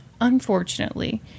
Unfortunately